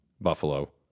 Buffalo